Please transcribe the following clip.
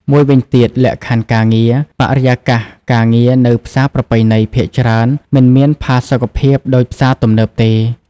មួយវិញទៀតលក្ខខណ្ឌការងារ បរិយាកាសការងារនៅផ្សារប្រពៃណីភាគច្រើនមិនមានផាសុកភាពដូចផ្សារទំនើបទេ។